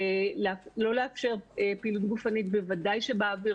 לא לאפשר פעילות גופנית בוודאי שבאוויר